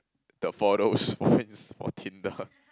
the photos probably it's for Tinder